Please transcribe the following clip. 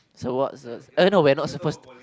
so what's what's eh no we're not supposed